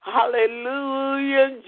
Hallelujah